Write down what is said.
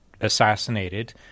assassinated